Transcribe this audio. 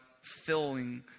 filling